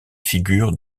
figures